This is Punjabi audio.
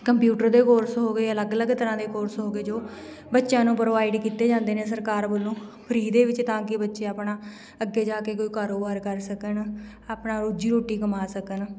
ਕੰਪਿਊਟਰ ਦੇ ਕੋਰਸ ਹੋ ਗਏ ਅਲੱਗ ਅਲੱਗ ਤਰ੍ਹਾਂ ਦੇ ਕੋਰਸ ਹੋ ਗਏ ਜੋ ਬੱਚਿਆਂ ਨੂੰ ਪ੍ਰੋਵਾਈਡ ਕੀਤੇ ਜਾਂਦੇ ਨੇ ਸਰਕਾਰ ਵੱਲੋਂ ਫਰੀ ਦੇ ਵਿੱਚ ਤਾਂ ਕੀ ਬੱਚੇ ਆਪਣਾ ਅੱਗੇ ਜਾ ਕੇ ਕੋਈ ਕਾਰੋਬਾਰ ਕਰ ਸਕਣ ਆਪਣਾ ਰੋਜੀ ਰੋਟੀ ਕਮਾ ਸਕਣ